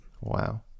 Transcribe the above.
Wow